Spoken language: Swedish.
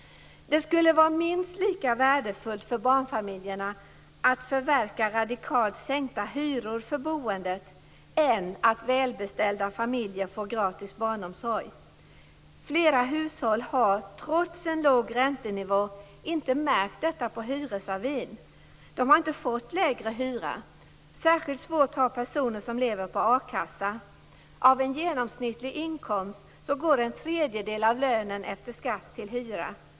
Det skulle vara minst lika värdefullt för barnfamiljerna att få radikalt sänkta hyror för boendet som att välbeställda familjer får gratis barnomsorg. Flera hushåll har inte märkt den låga räntenivån på hyresavin. De har inte fått lägre hyra. Särskilt svårt har personer som lever på a-kassa. Av en genomsnittlig inkomst går en tredjedel av lönen efter skatt till hyra.